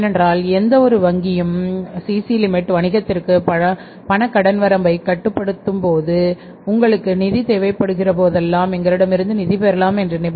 ஏனென்றால் எந்தவொரு வங்கியும் சி